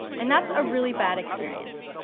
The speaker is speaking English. and that's a really bad experience.